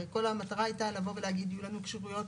הרי כל המטרה הייתה להגיד שיהיו לנו כשירויות